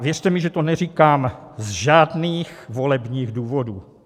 Věřte mi, že to neříkám ze žádných volebních důvodů.